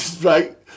Right